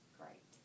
great